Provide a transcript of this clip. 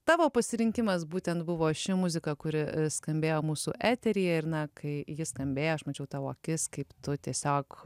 tavo pasirinkimas būtent buvo ši muzika kuri skambėjo mūsų eteryje ir na kai ji skambėjo aš mačiau tavo akis kaip tu tiesiog